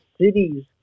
cities